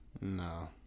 No